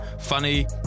funny